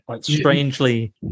strangely